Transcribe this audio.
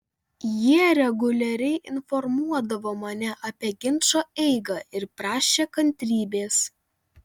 jie reguliariai informuodavo mane apie ginčo eigą ir prašė kantrybės